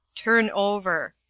turn over.